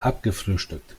abgefrühstückt